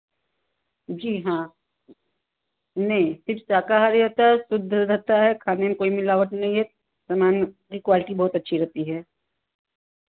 जी हाँ नहीं सिर्फ़ शाकाहारी होता है शुद्ध रहता है खाने में कोई मिलावट नहीं है सामान क्वालिटी बहुत अच्छी रहती है